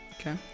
Okay